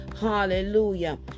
hallelujah